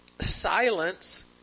Silence